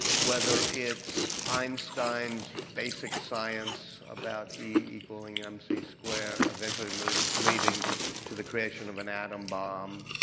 whether it's einstein's basic science about e equaling mc squared eventually leading leading to the creation of an atom bomb,